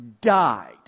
died